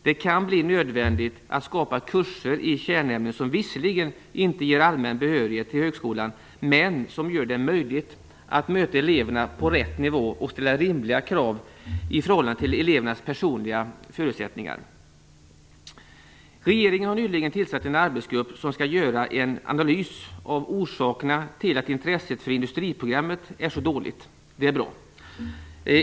Det kan bli nödvändigt att skapa kurser i kärnämnen som visserligen inte ger allmän behörighet till högskolan men som gör det möjligt att möta eleverna på rätt nivå och ställa rimliga krav i förhållande till elevernas personliga förutsättningar. Regeringen har nyligen tillsatt en arbetsgrupp som skall göra en analys av orsakerna till att intresset för industriprogrammet är så dåligt. Det är bra.